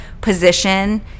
position